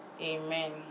Amen